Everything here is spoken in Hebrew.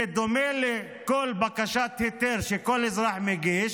זה דומה לכל בקשת היתר שכל אזרח מגיש,